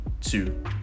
two